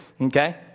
Okay